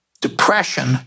depression